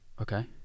Okay